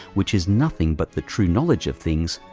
which is nothing but the true knowledge of things,